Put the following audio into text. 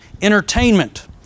entertainment